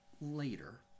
later